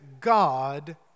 God